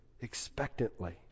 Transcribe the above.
expectantly